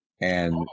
And-